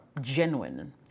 genuine